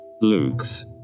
Luke's